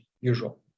usual